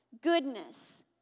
goodness